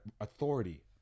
authority